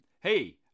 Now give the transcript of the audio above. hey